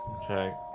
okay,